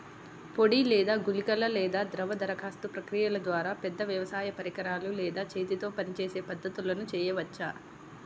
పొడి లేదా గుళికల లేదా ద్రవ దరఖాస్తు ప్రక్రియల ద్వారా, పెద్ద వ్యవసాయ పరికరాలు లేదా చేతితో పనిచేసే పద్ధతులను చేయవచ్చా?